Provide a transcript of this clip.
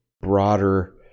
broader